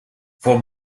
for